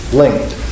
linked